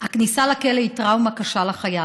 "הכניסה לכלא היא טראומה קשה לחייל.